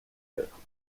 heure